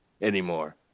anymore